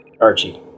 Archie